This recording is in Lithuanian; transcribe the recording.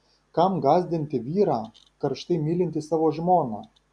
kam gąsdinti vyrą karštai mylintį savo žmoną